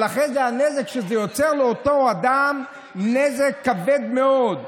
אבל אחרי זה הנזק שזה יוצר לאותו אדם הוא נזק כבד מאוד.